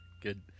Good